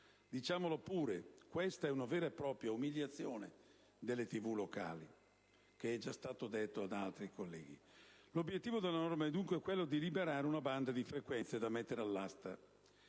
Diciamolo pure, questa è una vera e propria umiliazione delle TV locali, come già detto da altri colleghi. L'obiettivo della norma è, dunque, quello di liberare una banda di frequenze da mettere all'asta.